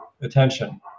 attention